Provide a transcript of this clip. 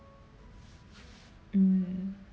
mm